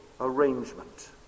arrangement